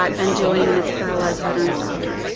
um been doing in its paralyzed veterans doctrine.